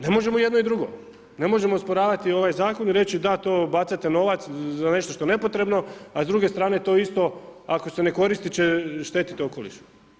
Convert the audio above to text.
Ne možemo jedno i drugo, ne možemo osporavati ovaj zakon i reći da, to bacate novac, za nešto što je nepotrebno, a s druge strane to isto, ako se ne koristi će šteti okolišu.